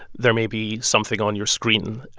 there may be something on your screen.